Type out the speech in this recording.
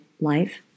life